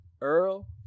Earl